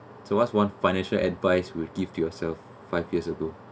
so what's one financial advice will give to yourself five years ago